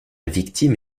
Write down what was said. victime